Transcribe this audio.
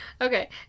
Okay